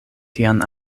tian